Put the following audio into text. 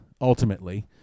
ultimately